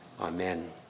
Amen